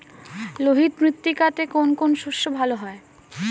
লোহিত মৃত্তিকাতে কোন কোন শস্য ভালো হয়?